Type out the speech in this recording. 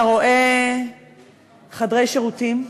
אתה רואה חדרי שירותים,